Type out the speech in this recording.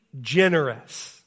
generous